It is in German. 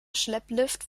schlepplift